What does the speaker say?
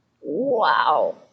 Wow